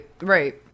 right